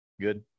good